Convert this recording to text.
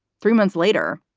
three months later,